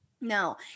No